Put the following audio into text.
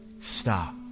stop